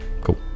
Cool